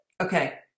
Okay